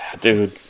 Dude